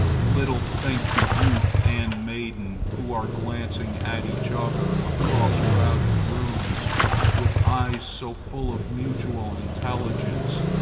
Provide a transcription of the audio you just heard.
little think the youth and maiden who are glancing at each other across crowded rooms with eyes so full of mutual intelligence,